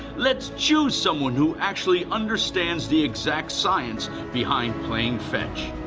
let's choose someone who actually understands the exact science behind playing fetch.